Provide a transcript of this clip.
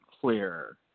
clearer